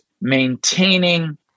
maintaining